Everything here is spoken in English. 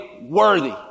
worthy